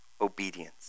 obedience